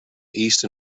east